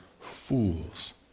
fools